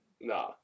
Nah